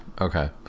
okay